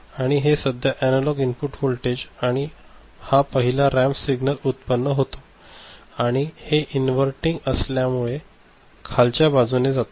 आणि हे सध्या अनालॉग इनपुट वोल्टेज आणि हा पहिला रॅम्प सिग्नल उत्पन्न होतो आणि हे इन्व्हर्टिन्ग असल्या मुळे खालच्या बाजूने जातो